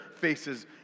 faces